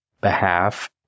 behalf